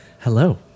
Hello